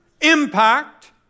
impact